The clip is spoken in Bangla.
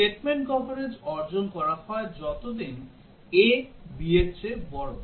Statement কভারেজ অর্জন করা হয় যতদিন a b এর চেয়ে বড়